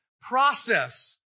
process